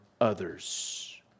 others